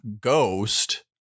ghost